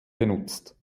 benutzt